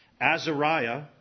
azariah